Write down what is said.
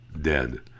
dead